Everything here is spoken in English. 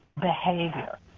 behavior